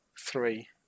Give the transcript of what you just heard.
three